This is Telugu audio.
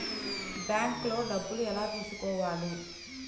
బ్యాంక్లో డబ్బులు ఎలా తీసుకోవాలి?